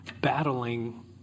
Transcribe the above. battling